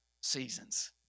seasons